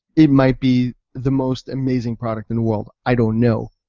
it might be the most amazing product in the world, i don't know,